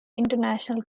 international